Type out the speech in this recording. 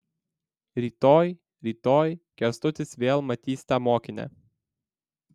rytoj rytoj kęstutis vėl matys tą mokinę